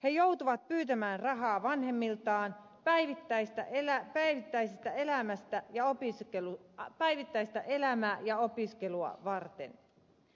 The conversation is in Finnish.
he joutuvat pyytämään rahaa vanhemmiltaan päivittäistä meillä ei täytä elämästä ja opisekellut päivittäistä elämää ja opiskelua varten